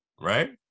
right